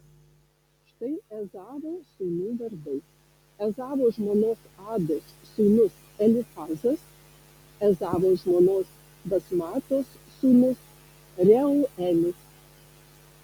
štai ezavo sūnų vardai ezavo žmonos ados sūnus elifazas ezavo žmonos basmatos sūnus reuelis